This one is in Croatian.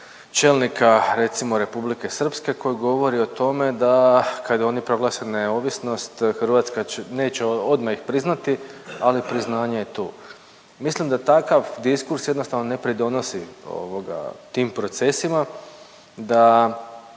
čelnika recimo Republike Srpske koji govori o tome da kad oni proglase neovisnost Hrvatska će, neće odmah ih priznati ali priznanje je tu. Mislim da takav diskurs jednostavno ne pridonosi ovoga tim procesima, da